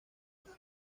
años